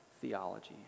theology